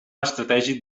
estratègic